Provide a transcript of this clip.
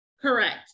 Correct